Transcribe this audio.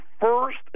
first